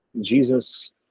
Jesus